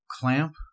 Clamp